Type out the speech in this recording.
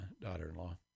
daughter-in-law